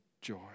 joy